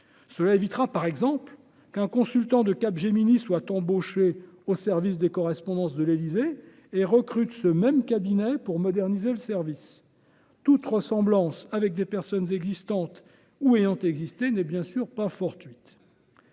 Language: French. cela évitera par exemple qu'un consultant de Cap Gémini soit embauché au service des correspondances de l'Élysée et recrute ce même cabinet pour moderniser le service toute ressemblance avec des personnes existantes ou ayant existé n'est bien sûr pas fortuite.